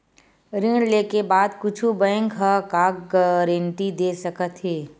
ऋण लेके बाद कुछु बैंक ह का गारेंटी दे सकत हे?